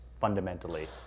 fundamentally